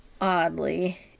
oddly